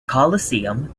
coliseum